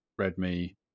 Redmi